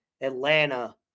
Atlanta